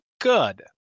good